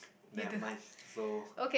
that much so